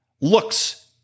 looks